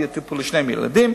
יהיו טיפולי שיניים לילדים,